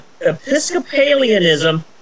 Episcopalianism